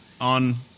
on